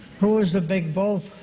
who was the big bull